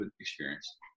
experience